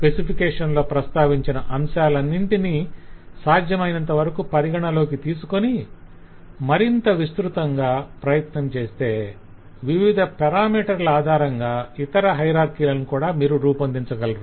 specification లో ప్రస్తావించిన అంశాలన్నింటినీ సాధ్యమైనంతవరకు పరిగణలోకి తీసుకొని మరింత విస్తృతంగా ప్రయత్నం చేస్తే వివిధ పారామీటర్ల ఆధారంగా ఇతర హయరార్కిలను కూడా మీరు రూపొందించగలరు